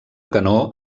canó